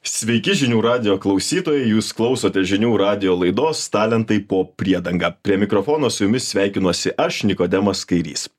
sveiki žinių radijo klausytojai jūs klausote žinių radijo laidos talentai po priedanga prie mikrofono su jumis sveikinuosi aš nikodemas kairys